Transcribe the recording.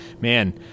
man